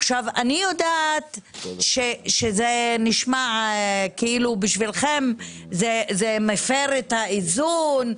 עכשיו אני יודעת שזה נשמע כאילו בשבילכם זה מפר את האיזון,